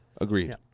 Agreed